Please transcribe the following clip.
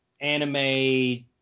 anime